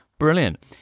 Brilliant